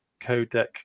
codec